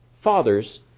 fathers